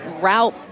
route